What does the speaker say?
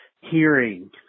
hearing